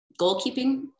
goalkeeping